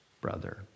brother